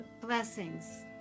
Blessings